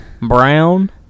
brown